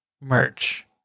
merch